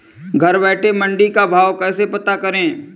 घर बैठे मंडी का भाव कैसे पता करें?